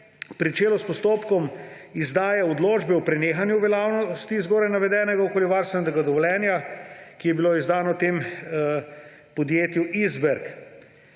začelo s postopkom izdaje odločbe o prenehanju veljavnosti zgoraj navedenega okoljevarstvenega dovoljenja, ki je bilo izdano temu podjetju Isberg.